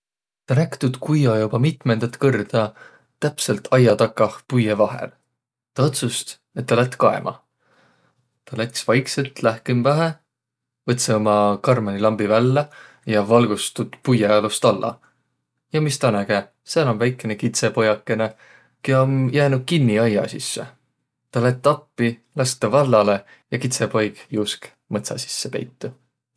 Tä näkk' tuud kujjo joba mitmõndat kõrda täpselt aia takah puiõ vahel. Tä otsust', et tä lätt kaema. Tä läts' vaiksõlt lähkümbähe, võtsõ uma karmanilambi vällä ja valgust' tuud puiõalost alla. Ja mis tä näge – sääl om väikene kitsõpojakõnõ, kiä om jäänüq kinniq aia sisse. Tä lätt appi, lask tä vallalõ ja kitsõpoig juusk mõtsa sisse peitu.